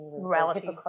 morality